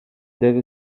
deve